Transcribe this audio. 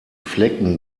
flecken